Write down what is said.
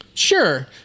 Sure